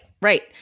right